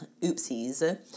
oopsies